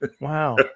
Wow